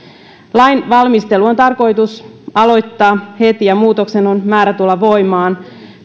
lain valmistelu on tarkoitus aloittaa heti ja muutoksen on määrä tulla voimaan